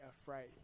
afraid